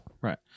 Right